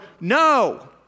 no